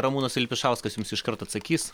ramūnas vilpišauskas jums iškart atsakys